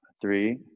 three